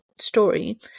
story